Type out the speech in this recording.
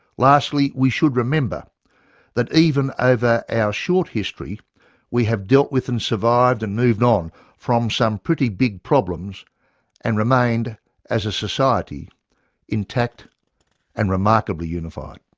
lastly we should remember that even over our short history we have dealt with and survived and moved on from some pretty big problems and remained as a society intact and remarkably unified.